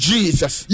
Jesus